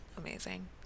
amazing